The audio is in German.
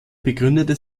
begründet